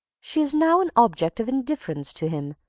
she is now an object of indifference to him,